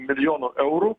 milijonų eurų